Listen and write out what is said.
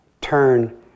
turn